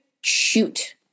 shoot –